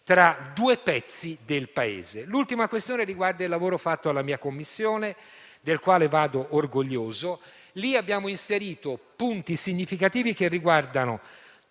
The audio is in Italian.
tra due pezzi del Paese. L'ultima questione riguarda il lavoro svolto dalla mia Commissione, del quale vado orgoglioso. Vi abbiamo inserito punti significativi, che riguardano